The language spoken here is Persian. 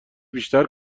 بیشتر